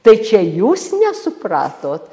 tai čia jūs nesupratot